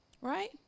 right